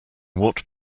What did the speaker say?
what